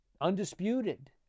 Undisputed